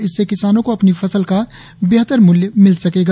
इससे किसानों को अपनी फसल का बेहतर मूल्य मिल सकेगा